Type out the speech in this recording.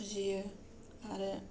फुजियो आरो